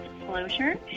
Disclosure